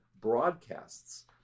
broadcasts